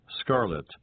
scarlet